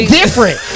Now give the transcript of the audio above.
different